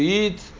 eat